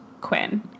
Quinn